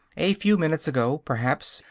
a few minutes ago, perhaps,